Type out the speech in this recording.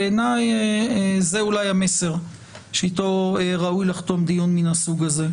בעיני זה המסר שאיתו ראוי לחתום דיון מהסוג הזה.